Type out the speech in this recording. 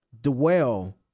dwell